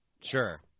sure